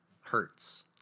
hurts